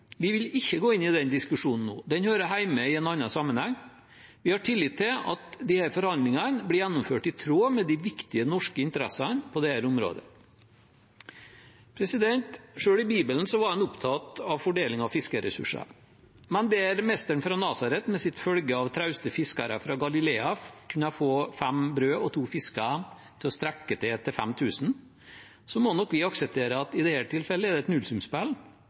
Vi vil ikke gå inn i den diskusjonen nå. Den hører hjemme i en annen sammenheng. Vi har tillit til at disse forhandlingen blir gjennomført i tråd med de viktige norske interessene på dette området. Selv i Bibelen var en opptatt av fordeling av fiskeressurser, men der Mesteren fra Nasaret med sitt følge av trauste fiskere fra Galilea kunne få fem brød og to fisker til å strekke til 5 000, må nok vi akseptere at i dette tilfellet er det et nullsumspill,